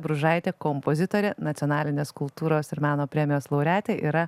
bružaitė kompozitorė nacionalinės kultūros ir meno premijos laureatė yra